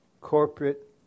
corporate